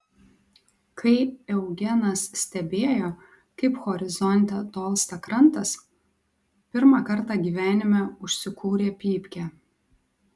kai eugenas stebėjo kaip horizonte tolsta krantas pirmą kartą gyvenime užsikūrė pypkę